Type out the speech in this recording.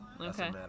Okay